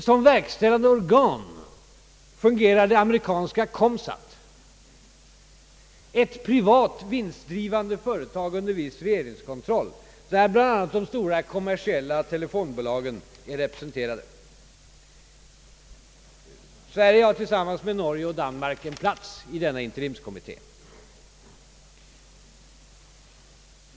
Såsom verkställande organ fungerar det amerikanska Comsat, ett privat vinstdrivande företag under viss regeringskontroll, där bl.a. de stora kommersiella telefonbolagen är representerade. Sverige har tillsammans med Norge och Danmark en plats i interimskommittén.